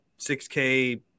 6K